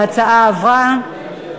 ההצעה עברה.